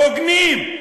הוגנים.